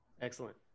excellent